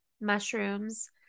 mushrooms